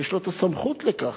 שיש לו הסמכות לכך?